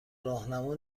راهنما